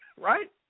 right